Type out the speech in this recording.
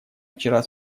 вчера